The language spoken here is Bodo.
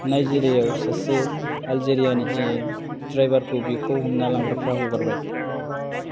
नाइजिरायाव सासे आलजेरियानि एम ड्राइभारखौ बिखौ हमना लांग्राफ्रा हगारबाय